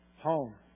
home